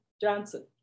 Johnson